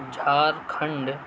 Jharkhand